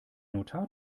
notar